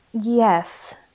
Yes